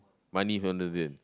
money down the drain